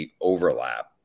overlap